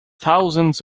thousands